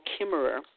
Kimmerer